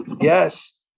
yes